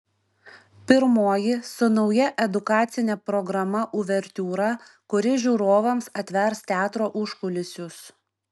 pirmoji su nauja edukacine programa uvertiūra kuri žiūrovams atvers teatro užkulisius